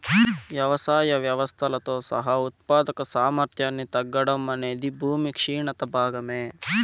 వ్యవసాయ వ్యవస్థలతో సహా ఉత్పాదక సామర్థ్యాన్ని తగ్గడం అనేది భూమి క్షీణత భాగమే